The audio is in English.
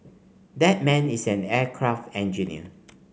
that man is an aircraft engineer